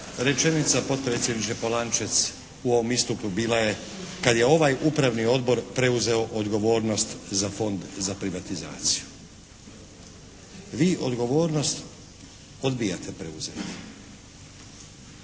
rečenica potpredsjedniče Polančec u ovom istupu bila je kad je ovaj Upravni odbor preuzeo odgovornost za Fond za privatizaciju. Vi odgovornost odbijate preuzeti.